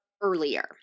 earlier